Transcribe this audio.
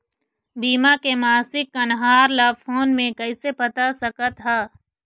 बीमा के मासिक कन्हार ला फ़ोन मे कइसे पता सकत ह?